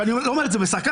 ואני לא אומר את זה בסרקזם,